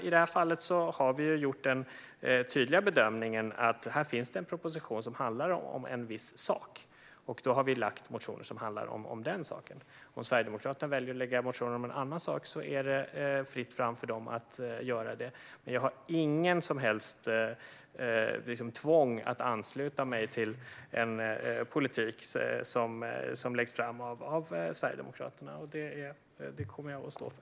I det här fallet har vi gjort den tydliga bedömningen att det finns en proposition som handlar om en viss sak, och då har vi väckt motioner som handlar om den saken. Om Sverigedemokraterna väljer att väcka motioner om någon annan sak är det fritt fram för dem att göra det. Jag känner inget som helst tvång att ansluta mig till en politik som läggs fram av Sverigedemokraterna, och det kommer jag att stå för.